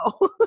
no